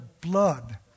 blood